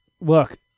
Look